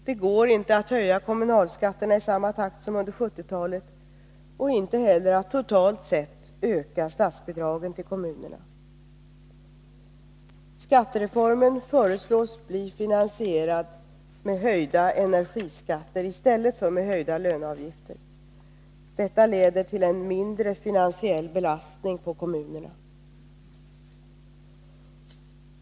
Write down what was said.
Det går inte att höja kommunalskatterna i samma takt som under 1970-talet och inte heller att totalt sett öka statsbidragen till kommunerna. Skattereformen föreslås bli finansierad med höjda energiskatter i stället för med höjda löneavgifter. Detta leder till en mindre finansiell belastning på kommunerna.